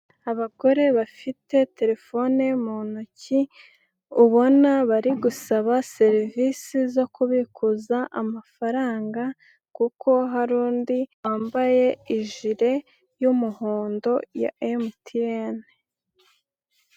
Abagore bafite telefone mu ntoki ubona bari gusaba serivisi zo kubikuza amafaranga, kuko hari undi wambaye ijire y'umuhondo ya emutiyene.